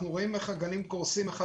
אנחנו רואים איך הגנים קורסים אחד